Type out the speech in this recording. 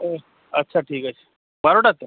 হ্যাঁ আচ্ছা ঠিক আছে বারোটা তো